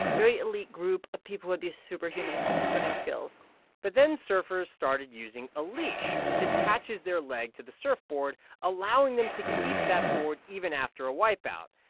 very elite group of people with these superhuman swimming skills but then, surfers started using a leash, which attaches their leg to the surfboard, allowing them to keep that board even after a wipeout.